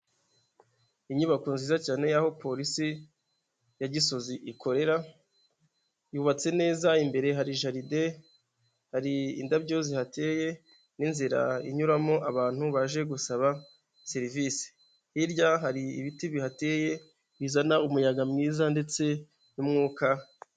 Inyubako nziza cyane y'aho polisi ya Gisozi ikorera yubatse neza, imbere hari jaride, hari indabyo zihateye n'inzira inyuramo abantu baje gusaba serivisi, hirya hari ibiti bihateye bizana umuyaga mwiza ndetse n'umwuka.